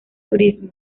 turismo